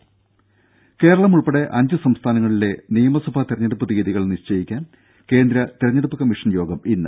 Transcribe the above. ത കേരളം ഉൾപ്പെടെ അഞ്ച് സംസ്ഥാനങ്ങളിലെ നിയമസഭാ തിരഞ്ഞെടുപ്പ് തീയ്യതികൾ നിശ്ചയിക്കാൻ കേന്ദ്ര തിരഞ്ഞെടുപ്പ് കമ്മിഷൻ യോഗം ഇന്ന്